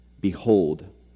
Behold